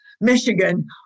Michigan